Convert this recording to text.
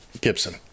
Gibson